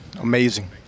Amazing